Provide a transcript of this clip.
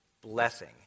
blessing